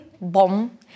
bomb